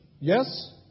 Yes